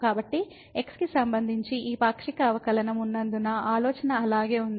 కాబట్టి x కి సంబంధించి ఈ పాక్షిక అవకలనం ఉన్నందున ఆలోచన అలాగే ఉంది